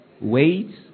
Wait